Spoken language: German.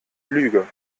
lüge